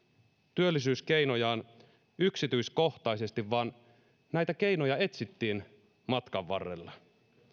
työllisyyskeinojaan yksityiskohtaisesti vaan näitä keinoja etsittiin matkan varrella